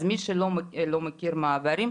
אז מי שלא מכיר את המעברים,